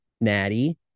Natty